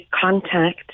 contact